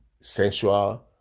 sensual